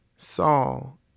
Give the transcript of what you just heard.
Saul